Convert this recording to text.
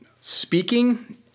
speaking